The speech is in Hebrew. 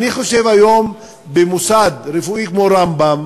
אני חושב שהיום, במוסד רפואי כמו רמב"ם,